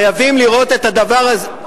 חייבים לראות את הדבר הזה,